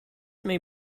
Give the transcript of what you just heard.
may